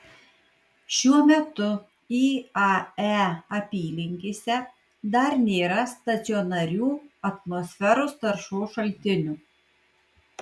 šiuo metu iae apylinkėse dar nėra stacionarių atmosferos taršos šaltinių